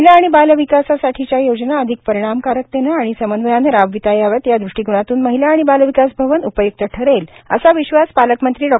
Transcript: महिला आणि बालविकासासाठीच्या योजना अधिक परिणामकारकतेने आणि समन्वयाने राबविता याव्यात या दृष्टिकोनातून महिला आणि बालविकास भवन उपयुक्त ठरेल असा विश्वास पालकमंत्री डॉ